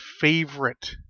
favorite